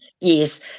Yes